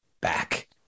back